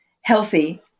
healthy